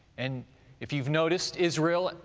and if you've noticed, israel,